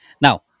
Now